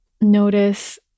notice